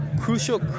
Crucial